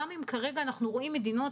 גם אם כרגע אנחנו רואים מדינות